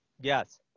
yes